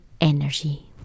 energy